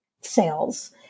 sales